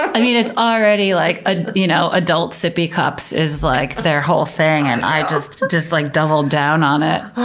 i mean, it's already like ah you know adult sippy cups is like their whole thing, and they just just like doubled down on it.